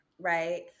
right